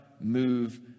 move